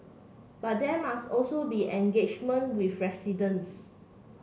but there must also be engagement with residents